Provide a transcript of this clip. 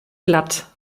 glatt